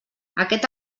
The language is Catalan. aquest